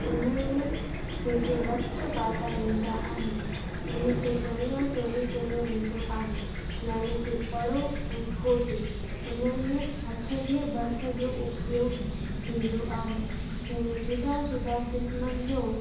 हुन में जेके वस्त्र पाता वेंदा आहिनि हुनखे चणिया चोली चयो वेंदो आहे यानी की पड़ो ऐं कोटी हुन में हथ जे भर्थ जो उपयोग थींदो आहे जंहिं में जुदा जुदा क़िस्मनि जो